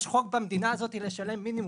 יש חוק במדינה הזאת לשלם מינימום.